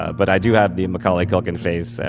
but i do have the macaulay culkin face,